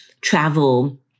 travel